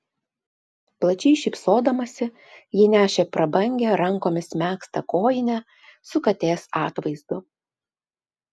plačiai šypsodamasi ji nešė prabangią rankomis megztą kojinę su katės atvaizdu